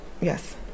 Yes